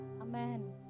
Amen